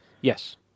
Yes